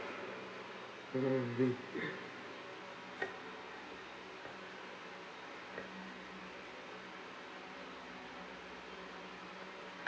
(uh huh) I agree